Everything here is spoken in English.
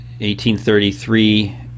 1833